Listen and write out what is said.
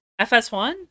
fs1